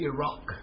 Iraq